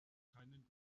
keinen